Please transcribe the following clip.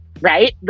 right